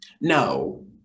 no